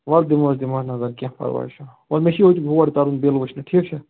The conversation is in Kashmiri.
وۅلہٕ دِمہوٗس دِمہوٗس نظر کیٚنٛہہ پرواے چھُنہٕ وۅلہٕ مےٚ چھُے ییٚتہِ ہوٗر ترُن بِل وُچھنہِ ٹھیٖک چھا